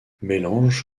mélange